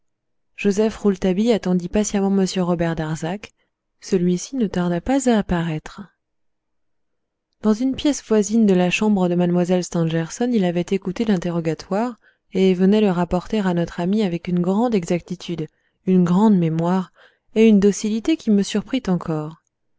joseph rouletabille attendit patiemment m robert darzac celuici ne tarda pas à apparaître dans une pièce voisine de la chambre de mlle stangerson il avait écouté l'interrogatoire et venait le rapporter à notre ami avec une grande exactitude une grande mémoire et une docilité qui me surprit encore